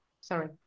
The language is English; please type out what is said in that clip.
sorry